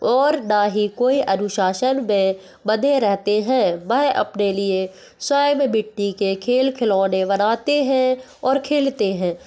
और ना ही कोई अनुशासन में बंधे रहते हैं वह अपने लिए स्वयं मिट्टी के खेल खिलौने बनाते हैं और खेलते हैं